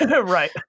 Right